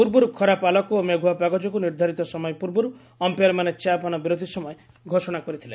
ପୂର୍ବରୁ ଖରାପ ଆଲୋକ ଓ ମେଘୁଆ ପାଗ ଯୋଗୁଁ ନିର୍ଦ୍ଧାରିତ ସମୟ ପ୍ରର୍ବର୍ ଅମ୍ପାୟାର୍ମାନେ ଚା'ପାନ ବିରତି ସମୟ ଘୋଷଣା କରିଥିଲେ